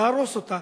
נהרוס אותה,